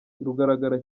rugaragara